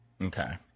Okay